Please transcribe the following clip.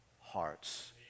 hearts